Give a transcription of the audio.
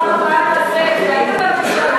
"בפעם הבאה נעשה את זה"; הייתם בממשלה.